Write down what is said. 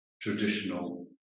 traditional